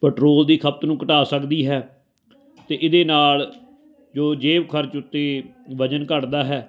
petrol ਦੀ ਖਪਤ ਨੂੰ ਘਟਾ ਸਕਦੀ ਹੈ ਅਤੇ ਇਹਦੇ ਨਾਲ ਜੋ ਜੇਬ ਖਰਚ ਉੱਤੇ ਵਜ਼ਨ ਘੱਟਦਾ ਹੈ